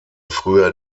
früher